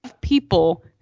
people